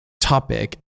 topic